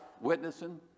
witnessing